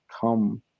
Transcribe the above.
come